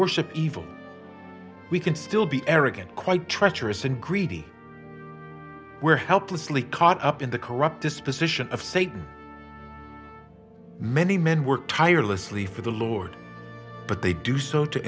worship evil we can still be arrogant quite treacherous and greedy where helplessly caught up in the corrupt disposition of satan many men work tirelessly for the lord but they do so to